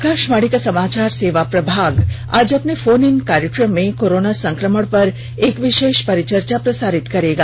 आकाशवाणी का समाचार सेवा प्रभाग आज अपने फोन इन कार्यक्रम में कोरोना संक्रमण पर एक विशेष परिचर्चा प्रसारित करेगा